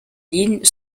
lignes